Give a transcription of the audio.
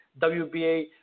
WBA